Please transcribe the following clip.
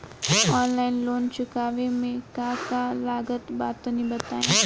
Online loan चुकावे म का का लागत बा तनि बताई?